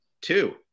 Two